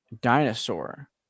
dinosaur